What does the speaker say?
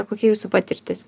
kokia jūsų patirtis